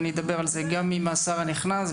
אני אדבר על זה גם עם השר הנכנס,